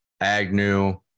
Agnew